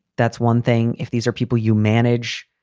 that's one thing. if these are people you manage,